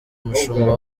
umushumba